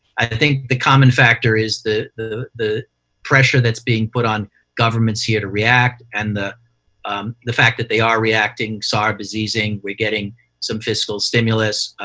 i think the common factor is the the pressure that's being put on governments here to react and the the fact that they are reacting. sarb is easing we're getting some fiscal stimulus.